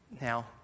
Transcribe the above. Now